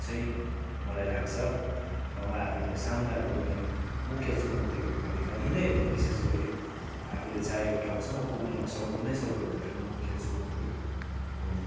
चाहिँ मलाई लाग्छ र उहाँहरूले सामना गर्ने मुख्य चुनौतीहरू भनेका यिनै हुन् विशेष गरी आफूले चाहेको ठाउँसम्म पुग्न नसक्नु नै सबैभन्दा ठुलो मुख्य चुनौती हुन्